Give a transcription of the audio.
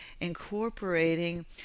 incorporating